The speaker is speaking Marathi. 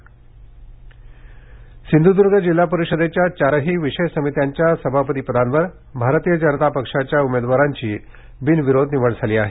निवड सिंधदर्ग सिंधूर्दुर्ग जिल्हा परिषदेच्या चारही विषय समित्यांच्या सभापती पदावर भारतीय जनता पक्षाच्या उमेदवारांची बिनविरोध निवड झाली आहे